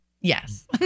yes